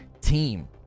team